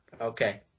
okay